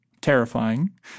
terrifying